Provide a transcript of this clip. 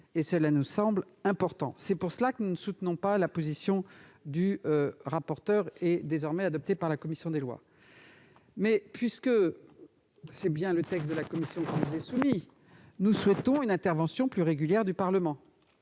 et cela nous semble important. Nous ne soutenons pas la position du rapporteur, désormais adoptée par la commission des lois. Et puisque c'est le texte de cette dernière qui nous est soumis, nous souhaitons une intervention plus régulière du Parlement.